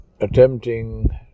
attempting